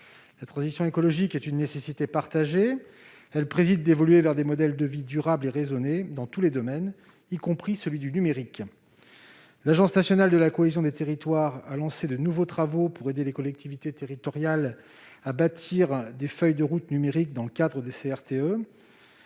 La transition écologique est une nécessité partagée ; elle commande d'évoluer vers des modèles de vie durables et raisonnés dans tous les domaines, y compris celui du numérique. L'ANCT a lancé de nouveaux travaux pour aider les collectivités territoriales à bâtir des feuilles de route numériques dans le cadre des CRTE.